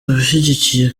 abashigikiye